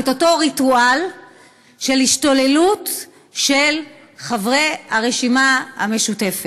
אותו ריטואל של השתוללות של חברי הרשימה המשותפת.